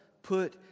Put